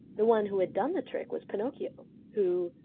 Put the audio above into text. the one who had done the trick was pinocchio, who,